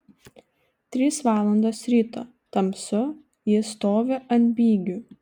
trys valandos ryto tamsu jis stovi ant bigių